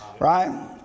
Right